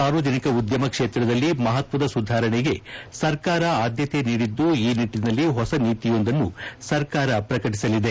ಸಾರ್ವಜನಿಕ ಉದ್ಯಮ ಕ್ಷೇತ್ರದಲ್ಲಿ ಮಹತ್ವದ ಸುಧಾರಣೆಗೆ ಸರ್ಕಾರ ಆದ್ಯತೆ ನೀಡಿದ್ದು ಈ ನಿಟ್ಟನಲ್ಲಿ ಹೊಸ ನೀತಿಯೊಂದನ್ನು ಸರ್ಕಾರ ಪ್ರಕಟಿಸಲಿದೆ